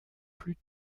plus